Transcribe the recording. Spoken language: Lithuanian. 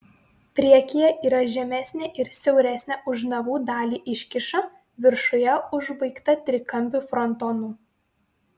priekyje yra žemesnė ir siauresnė už navų dalį iškyša viršuje užbaigta trikampiu frontonu